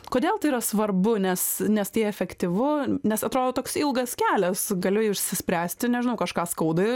kodėl tai yra svarbu nes nes tai efektyvu nes atrodo toks ilgas kelias galiu išsispręsti nežinau kažką skauda